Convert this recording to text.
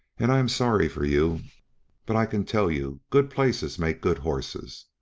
and i am sorry for you but i can tell you good places make good horses.